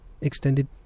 extended